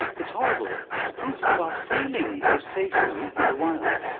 it's horrible. it's a proof of our failing to save them in the wild.